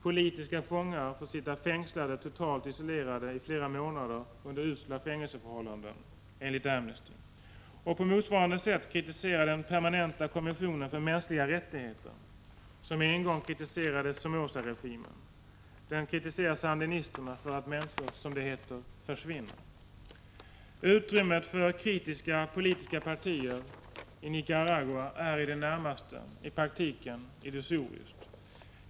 Politiska fångar får sitta fängslade och totalt isolerade i flera månader under usla fängelseförhållanden, säger Amnesty International. På motsvarande sätt kritiserar den permanenta kommissionen för mänskliga rättigheter, som en gång kritiserade Somoza-regimen, sandinisterna för att människor ”försvinner”. Utrymmet för kritiska politiska partier i Nicaragua är i praktiken i det närmaste illusoriskt.